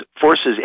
forces